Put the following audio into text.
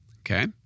Okay